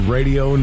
Radio